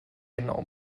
genau